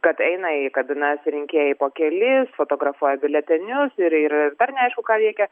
kad eina į kabinas rinkėjai po kelis fotografuoja biuletenius ir ir dar neaišku ką veikia